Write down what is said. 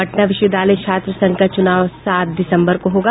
पटना विश्वविद्यालय छात्र संघ का चुनाव सात दिसम्बर को होगा